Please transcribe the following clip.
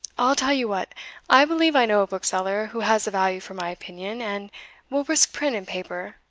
i'll tell you what i believe i know a bookseller who has a value for my opinion, and will risk print and paper,